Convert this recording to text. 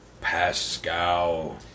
Pascal